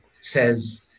says